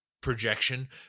projection